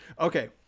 Okay